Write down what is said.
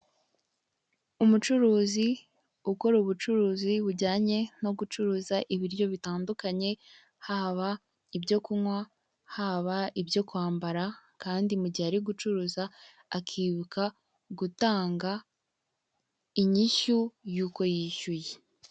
Umucuruzi ukora ubucuruzi bujyanye no gucuruza ibiryo bitandukanye haba ibyo kunywa, haba ibyo kwambara kandi mu gihe ari gucuruza akibuka gutanga inyishyu yuko yishyuye.